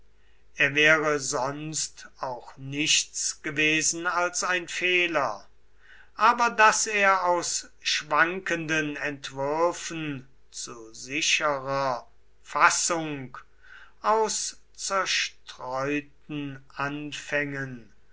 er wäre sonst auch nichts gewesen als ein fehler aber daß er aus schwankenden entwürfen zu sicherer fassung aus zerstreuten anfängen